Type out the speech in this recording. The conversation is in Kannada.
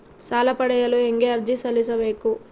ಸಾಲ ಪಡೆಯಲು ಹೇಗೆ ಅರ್ಜಿ ಸಲ್ಲಿಸಬೇಕು?